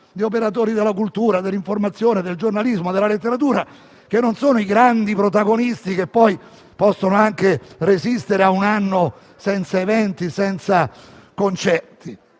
di operatori della cultura, dell'informazione, del giornalismo e della letteratura che non sono i grandi protagonisti che possono resistere anche un anno senza eventi, né concerti.